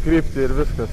kryptį ir viskas